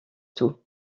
tout